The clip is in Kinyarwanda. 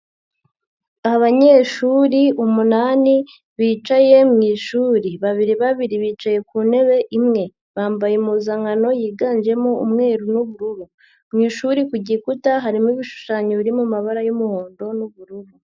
Abanyeshuri umunani bicaye mu ishuri, babiri babiri bicaye ku ntebe imwe, bambaye impuzankano yiganjemo umweru n'ubururu, mu ishuri ku gikuta harimo ibishushanyo biri mu mabara y'umuhondo n'ubururu.